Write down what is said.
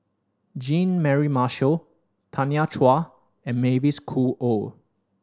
Jean Mary Marshall Tanya Chua and Mavis Khoo Oei